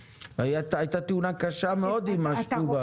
הייתה תאונה קשה מאוד עם משטובה.